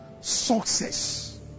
Success